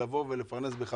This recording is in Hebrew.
אנחנו עוברים לדיון על המס.